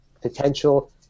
potential